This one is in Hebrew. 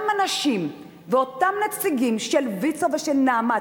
אנשים ואותם נציגים של ויצו ושל "נעמת",